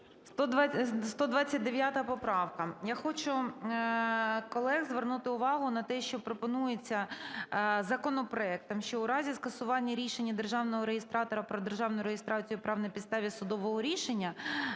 129 поправка. Я хочу колег звернути увагу на те, що пропонується законопроектом, що у разі скасування рішення державного реєстратора про державну реєстрацію прав на підставі судового рішення